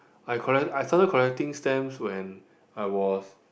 I collect I started collecting stamps when I was